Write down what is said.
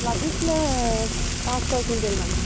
লাগিছিলে পাঁচ ছয় কুইণ্টেলমান